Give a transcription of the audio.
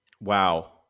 Wow